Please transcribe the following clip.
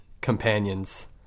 companions